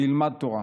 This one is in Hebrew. שילמד תורה.